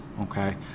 Okay